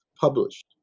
published